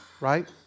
right